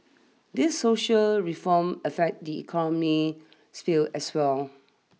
these social reforms affect the economic sphere as well